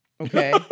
Okay